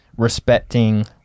respecting